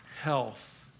health